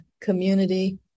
community